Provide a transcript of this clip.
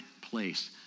place